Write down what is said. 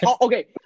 Okay